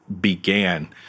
began